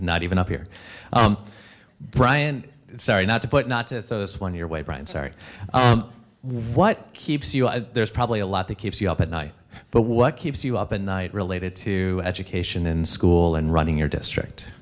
not even up here bryan sorry not to put not to this one your way brian sorry what keeps you there's probably a lot that keeps you up at night but what keeps you up at night related to education in school and running your district